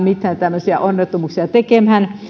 tämmöisiä onnettomuuksia tekemään